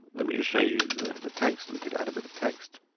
let me just show you the text, we could add a bit of text.